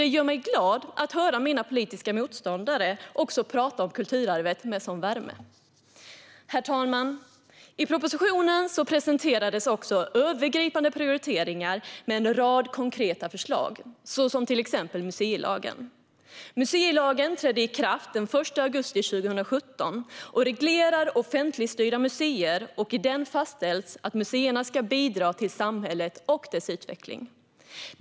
Det gör mig glad att också höra mina politiska motståndare tala om kulturarvet med sådan värme. Herr talman! I propositionen presenterades också övergripande prioriteringar med en rad konkreta förslag, bland annat en museilag. Museilagen trädde i kraft den 1 augusti 2017 och reglerar offentligt styrda museer. I den fastställs att museerna ska bidra till samhället och dess utveckling.